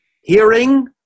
hearing